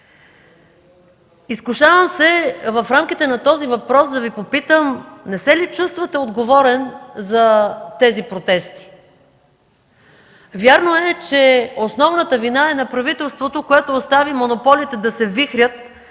Изкушавам се в рамките на този въпрос да Ви попитам, не се ли чувствате отговорен за тези протести? Вярно е, че основната вина е на правителството, което остави монополите да се вихрят